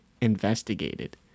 investigated